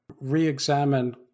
re-examine